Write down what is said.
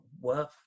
worth